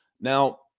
Now